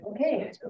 Okay